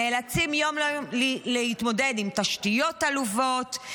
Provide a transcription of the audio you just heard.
נאלצים יום-יום להתמודד עם תשתיות עלובות,